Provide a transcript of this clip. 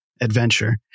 adventure